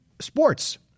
Sports